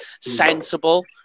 sensible